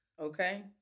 Okay